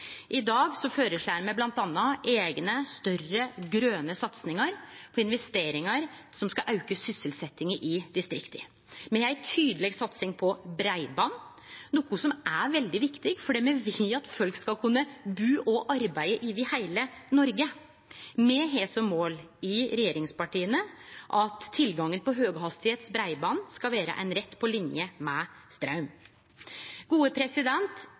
I dag føreslår me bl.a. eigne større grøne satsingar på investeringar som skal auke sysselsetjinga i distrikta. Me har ei tydeleg satsing på breiband, noko som er veldig viktig fordi me vil at folk skal kunne bu og arbeide i heile Noreg. Me har som mål i regjeringspartia at tilgangen på høghastigheitsbreiband skal vere ein rett på linje med